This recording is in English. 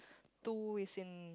two is in